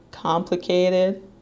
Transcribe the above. complicated